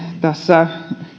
tässä